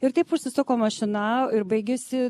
ir taip užsisuko mašina ir baigiasi